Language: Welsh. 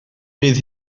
bydd